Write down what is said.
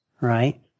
right